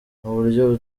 n’uburyo